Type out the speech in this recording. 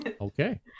Okay